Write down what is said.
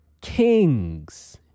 kings